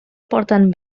porten